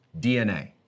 DNA